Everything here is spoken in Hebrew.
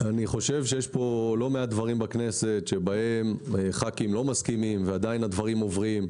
יש פה לא מעט דברים בכנסת שבהם ח"כים לא מסכימים ועדיין הדברים עובדים.